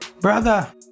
Brother